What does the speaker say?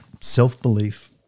self-belief